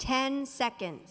ten seconds